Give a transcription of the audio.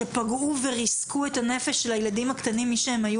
שפגעו וריסקו את הנפש של הילדים הקטנים מי שהם היו